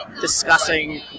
discussing